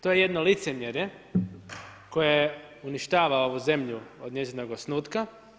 To je jedno licemjerje koje uništava ovu zemlju od njezinog osnutka.